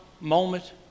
moment